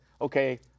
okay